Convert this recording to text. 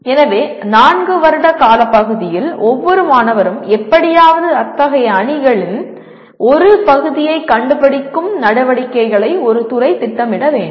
எனவே 4 வருட காலப்பகுதியில் ஒவ்வொரு மாணவரும் எப்படியாவது அத்தகைய அணிகளின் ஒரு பகுதியைக் கண்டுபிடிக்கும் நடவடிக்கைகளை ஒரு துறை திட்டமிட வேண்டும்